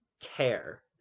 care